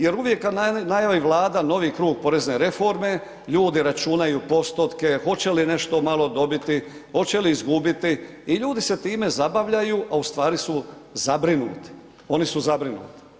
Jer uvijek kad najavi Vlada novi krug porezne reforme, ljudi računaju postotke, hoće li nešto malo dobiti, hoće li izgubiti i ljudi se time zabavljaju a ustvari su zabrinuti, oni su zabrinuti.